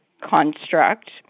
construct